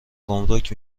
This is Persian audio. گمرک